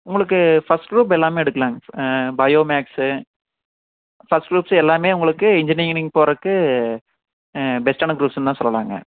உங்களுக்கு first group எல்லாமே எடுக்கலாங்க பையோ மேக்ஸு ஃபர்ஸ்ட் க்ரூப்ஸ் எல்லாமே உங்களுக்கு இன்ஜினியனிங் போகறத்க்கு பெஸ்ட்டான க்ரூப்ஸுந்தான் சொல்லலாங்க